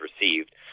received